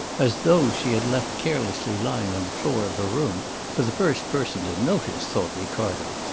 as those she had left carelessly lying on the floor of her room for the first person to notice, thought ricardo!